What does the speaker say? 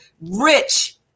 rich